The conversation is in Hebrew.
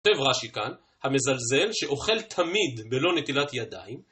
כותב רש"י כאן, המזלזל שאוכל תמיד בלא נטילת ידיים